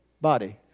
body